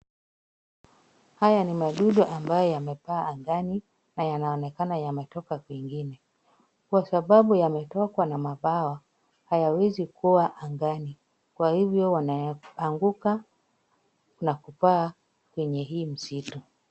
Haya ni madudu ambayo yamepaa angani na yanaonekana yametoka kwingine kwa sababu yametokwa na mabawa, hayawezi kuwa angani kwa hivyo yanaanguka na kupaa kwenye hii misitu.